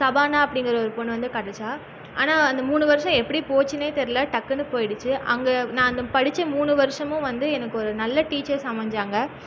ஷபானா அப்படிங்குற ஒரு பொண்ணு வந்து கிடச்சா ஆனால் அந்த மூணு வருஷம் எப்படி போச்சின்னே தெரியல டக்குன்னு போயிடுச்சு அங்கே நான் படிச்ச மூணு வருஷமும் வந்து எனக்கு ஒரு நல்ல டீச்சர்ஸ் அமைஞ்சாங்க